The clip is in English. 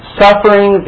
suffering